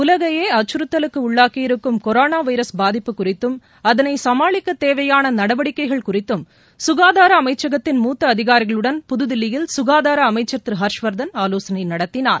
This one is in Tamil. உலகையே அச்கறுத்தலுக்கு உள்ளாக்கியிருக்கும் கொரோனா வைரஸ் பாதிப்பு குறித்தும் அதனை சமாளிக்க தேவையான நடவடிக்கைகள் குறித்தும் சுகாதார அமைச்சகத்தின் மூத்த அதிகாரிகளுடன் புதுதில்லியில் சுகாதார அமைச்சர் திரு ஹர்ஷவர்தன் ஆவோசனை நடத்தினார்